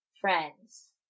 Friends